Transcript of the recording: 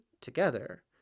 together